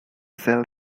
cell